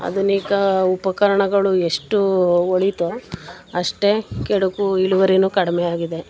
ಆಧುನಿಕ ಉಪಕರಣಗಳು ಎಷ್ಟು ಒಳಿತೋ ಅಷ್ಟೇ ಕೆಡುಕು ಇಳುವರಿಯೂ ಕಡಿಮೆ ಆಗಿದೆ